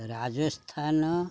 Rajasthan